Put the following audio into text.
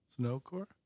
Snowcore